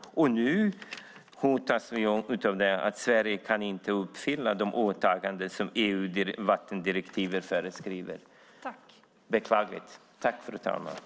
Nu hotas vi av att Sverige inte kan uppfylla de åtaganden som EU:s vattendirektiv föreskriver. Det är beklagligt.